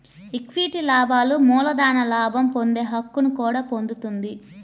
equity లాభాలు మూలధన లాభం పొందే హక్కును కూడా పొందుతుంది